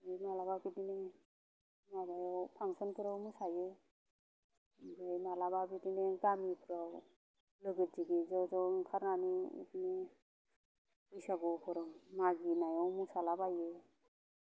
मालाबा बिदिनो माबायाव फांसनफ्राव मोसायो ओमफ्राय मालाबा बिदिनो गामिफ्राव लोगो दिगि ज' ज' ओंखारनानै बिदिनो बैसागुफोराव मागिनायाव मोसालाबायो